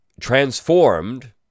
transformed